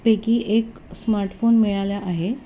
पैकी एक स्मार्टफोन मिळाल्या आहे